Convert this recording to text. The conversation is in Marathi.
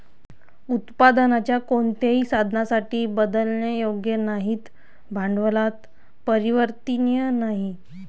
उत्पादनाच्या कोणत्याही साधनासाठी बदलण्यायोग्य नाहीत, भांडवलात परिवर्तनीय नाहीत